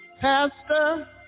Pastor